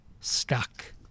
stuck